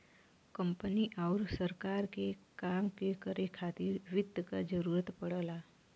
company आउर सरकार के काम के करे खातिर वित्त क जरूरत पड़ला